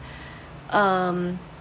um